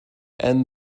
end